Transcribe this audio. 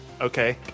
okay